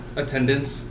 attendance